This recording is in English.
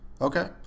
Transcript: Okay